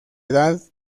edad